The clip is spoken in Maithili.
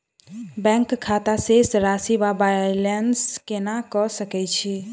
बैंक खाता शेष राशि वा बैलेंस केना कऽ सकय छी?